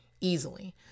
easily